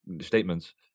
statements